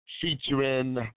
featuring